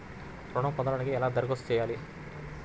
ఋణం పొందటానికి ఎలా దరఖాస్తు చేయాలి?